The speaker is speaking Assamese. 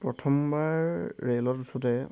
প্ৰথমবাৰ ৰে'লত উঠোঁতে